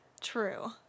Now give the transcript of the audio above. True